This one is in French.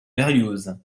berlioz